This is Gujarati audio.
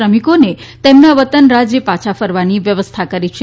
શ્રમિકો ને તેમના વતન રાજ્ય પાછા ફરવાની વ્યવસ્થા કરી છે